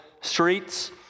streets